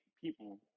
people